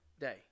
day